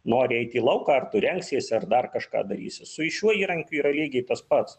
nori eit į lauką ar tu rengsies ar dar kažką darysi su šiuo įrankiu yra lygiai tas pats